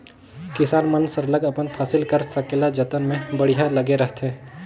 किसान मन सरलग अपन फसिल कर संकेला जतन में बड़िहा लगे रहथें